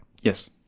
Yes